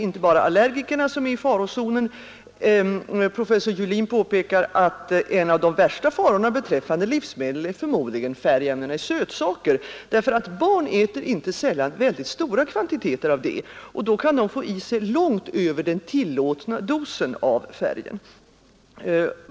Inte bara allergikerna är i farozonen. Professor Juhlin påpekar att en av de värsta farorna beträffande livsmedel förmodligen är färgämnena i sötsaker. Barn äter inte sällan stora kvantiteter härav, och då kan de få i sig långt över den tillåtna dosen av färgämnen.